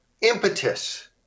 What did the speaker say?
impetus